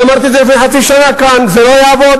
אני אמרתי את זה לפני חצי שנה כאן: זה לא יעבוד,